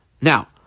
Now